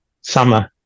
summer